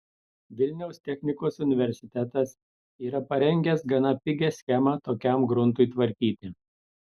vilniaus technikos universitetas yra parengęs gana pigią schemą tokiam gruntui tvarkyti